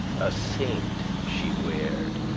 a seint she weared,